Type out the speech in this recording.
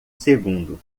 segundo